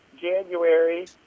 January